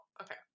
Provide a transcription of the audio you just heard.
Okay